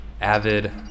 avid